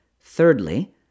Thirdly